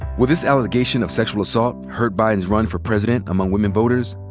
will this allegation of sexual assault hurt biden's run for president among women voters?